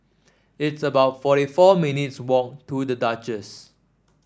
it's about forty four minutes' walk to The Duchess